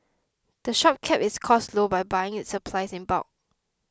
the shop keeps its costs low by buying its supplies in bulk